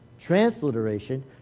Transliteration